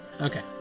Okay